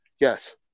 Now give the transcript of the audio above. Yes